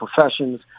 professions